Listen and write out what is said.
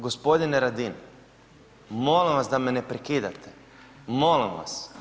Gospodine Radin, molim vas da me ne prekidate, molim vas.